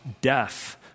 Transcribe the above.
death